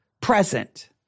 present